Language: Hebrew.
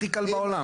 הכי קל בעולם.